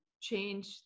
change